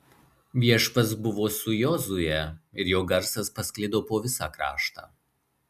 viešpats buvo su jozue ir jo garsas pasklido po visą kraštą